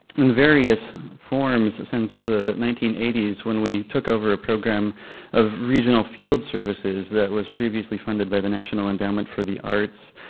various forms since the nineteen eighty s when we took over a program of regional field services that was previously funded by the national endowment for the arts.